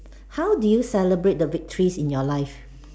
how do you celebrate the victories in your life